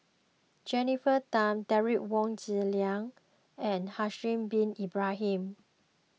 Jennifer Tham Derek Wong Zi Liang and Haslir Bin Ibrahim